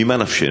ממה נפשנו?